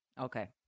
Okay